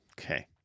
Okay